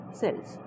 cells